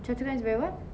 choa chu kang is very [what]